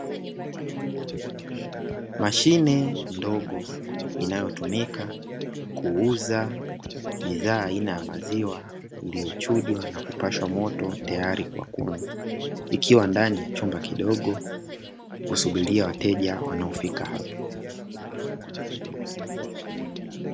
Mashine ndogo inayotumika kuuza bidhaa aina ya maziwa iliyochujwa na kupashwa moto tayari kwa kunywa; ikiwa ndani ya chumba kidogo kusubiria wateja wanaofika hapa.